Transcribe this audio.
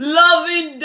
loving